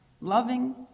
loving